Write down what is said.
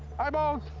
eyeballs!